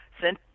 sent